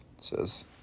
says